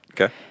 Okay